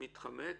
מתחמק